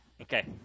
Okay